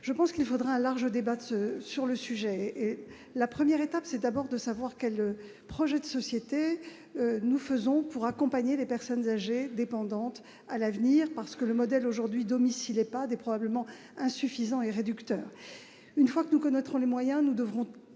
Je pense qu'il faudra un large débat sur le sujet. La première étape est d'abord de savoir quel projet de société nous faisons pour accompagner les personnes âgées dépendantes à l'avenir. Aujourd'hui, le modèle domicile-EHPAD est probablement insuffisant et réducteur. Une fois que nous connaîtrons les moyens, nous devrons